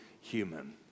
human